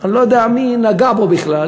אני לא יודע מי נגע בו בכלל,